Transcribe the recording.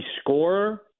scorer